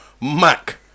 Mac